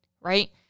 right